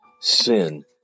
sin